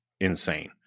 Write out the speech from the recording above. insane